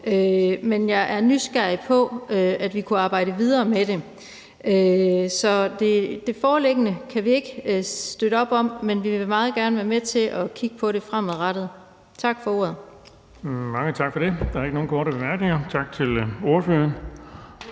men jeg er nysgerrig på, om vi kunne arbejde videre med det. Det foreliggende forslag kan vi ikke støtte op om, men vi vil meget gerne være med til at kigge på det fremadrettet. Tak for ordet.